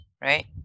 right